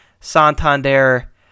Santander